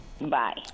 Bye